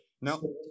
No